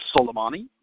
Soleimani